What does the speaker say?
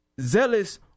zealous